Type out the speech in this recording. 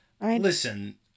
Listen